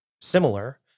similar